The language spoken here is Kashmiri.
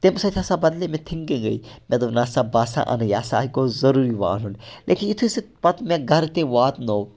تمہِ سۭتۍ ہَسا بدلے مےٚ تھِںٛکِںٛگٕے مےٚ دوٚپ نسا بہٕ ہَسا اَنہٕ یہِ ہَسا ہَے گوٚژھ ضٔروٗری وۄنۍ اَنُن لیکِن یُتھُے سُہ پَتہٕ مےٚ گَرٕ تہِ واتنوو